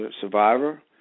survivor